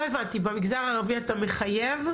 לא הבנתי, במגזר הערבי אתה מחייב?